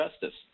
Justice